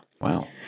Wow